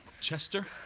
Chester